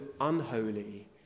unholy